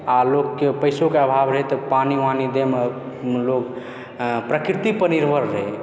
आ लोककेँ पैसोके आभाव रहय तऽ पानि वानी दएमऽ लोक प्रकृति पर निर्भर रहय